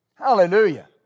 Hallelujah